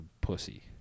pussy